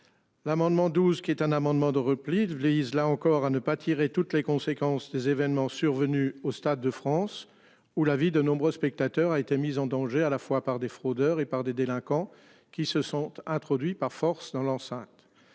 L'amendement 12 qui est un amendement de repli Devlies là encore à ne pas tirer toutes les conséquences des événements survenus au Stade de France où la vie de nombreux spectateurs a été mise en danger à la fois par des fraudeurs et par des délinquants qui se sont introduits par force dans l'enceinte.